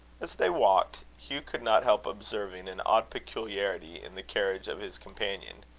as they walked, hugh could not help observing an odd peculiarity in the carriage of his companion.